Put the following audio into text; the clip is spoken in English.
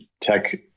tech